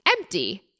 empty